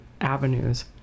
avenues